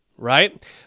right